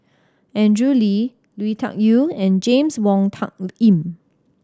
Andrew Lee Lui Tuck Yew and James Wong Tuck Yim